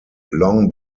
long